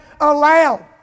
aloud